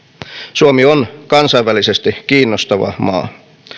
suomi on kansainvälisesti kiinnostava maa